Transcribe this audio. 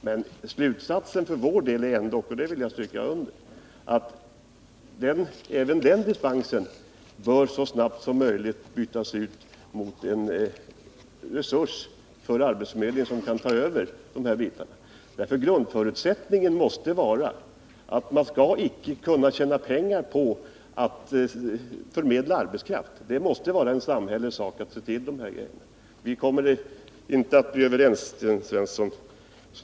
Men slutsatsen för vår del är ändock — och det vill jag stryka under —-att även denna dispens så snart som möjligt bör bytas ut mot en resurs för arbetsförmedlingen att ta över dessa bitar. Grundförutsättningen måste vara att man inte skall kunna tjäna pengar på att förmedla arbetskraft. Den uppgiften måste vara en samhällets sak. Vi kommer inte att bli överens.